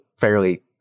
fairly